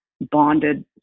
bonded